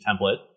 template